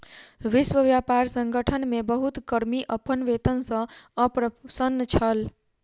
विश्व व्यापार संगठन मे बहुत कर्मी अपन वेतन सॅ अप्रसन्न छल